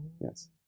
yes